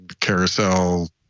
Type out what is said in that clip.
carousel